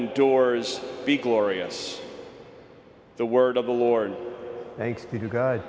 in doors be glorious the word of the lord thank